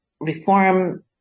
Reform